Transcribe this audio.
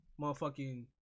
motherfucking